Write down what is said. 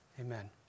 Amen